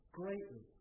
greatly